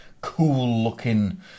cool-looking